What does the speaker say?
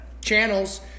channels